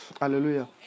Hallelujah